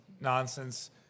Nonsense